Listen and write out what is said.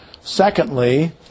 Secondly